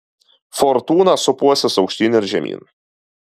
fortūna sūpuosis aukštyn ir žemyn